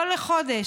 לא לחודש.